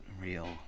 real